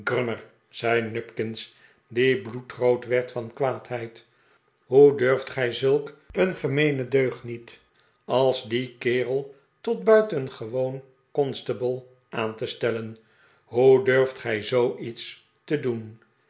nupkins die bloedrood werd van kwaadheid ho e durft gij zulk een gemeenen deugniet als die kerel tot buitengewoon constable aan te stellen hoe durft gij zoo iets te doen